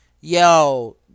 Yo